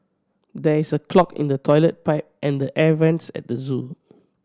there is a clog in the toilet pipe and the air vents at the zoo